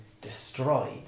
destroyed